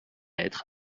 être